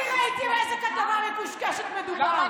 אני ראיתי באיזו כתבה מקושקשת מדובר.